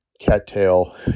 cattail